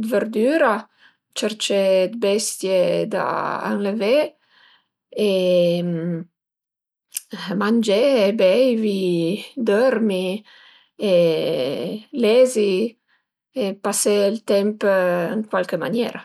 dë verdüra, cercié d'bestie da anlëvé e mangé e beivi e dörmi e lezi e pasé ël temp ën cualche maniera